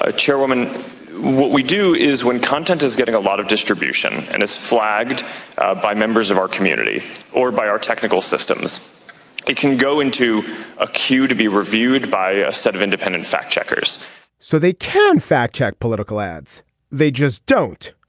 ah chairwoman what we do is when content is getting a lot of distribution and it's flagged by members of our community or by our technical systems it can go into a queue to be reviewed by a set of independent fact checkers so they can fact check political ads they just don't.